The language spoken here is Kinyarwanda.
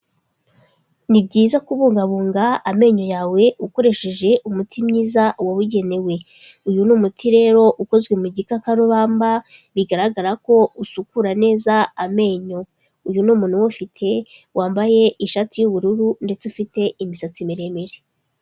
Ni byiza kubungabunga amenyo yawe ukoresheje umuti mwiza wubugenewe. Uyu ni umuti rero ukozwe mu gikakarubamba bigaragara ko usukura neza amenyo. Uyu ni umuntu uwufite wambaye ishati y'ubururu, ndetse ufite imisatsi miremire.